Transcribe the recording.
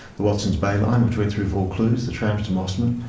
the watson's bay line which went through vaucluse, the trams to mosman,